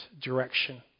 direction